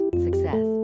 success